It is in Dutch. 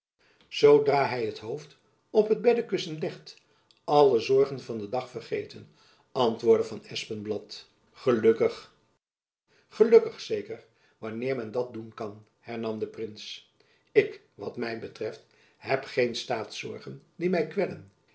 zoodra hy het hoofd op het beddekussen legt alle zorgen van den dag te vergeten antwoordde van espenblad gelukkig zeker wanneer men dat doen kan hernam de prins ik wat my betreft heb geen staatszorgen die my